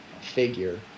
figure